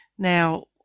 Now